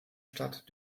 stadt